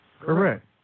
Correct